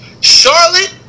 Charlotte